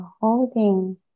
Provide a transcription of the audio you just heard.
holding